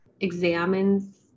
examines